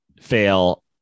fail